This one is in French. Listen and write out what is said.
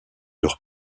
leur